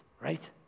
right